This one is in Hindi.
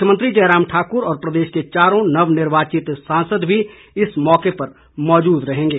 मुख्यमंत्री जयराम ठाकुर और प्रदेश के चारों नवनिर्वाचित सांसद भी इस मौके पर मौजूद रहेंगे